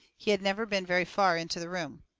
he had never been very far into the room.